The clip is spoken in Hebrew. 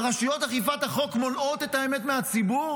ורשויות אכיפת החוק מונעות את האמת מהציבור